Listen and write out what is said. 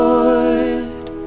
Lord